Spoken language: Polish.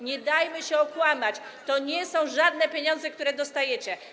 Nie dajmy się okłamywać, to nie są żadne pieniądze, które dajecie.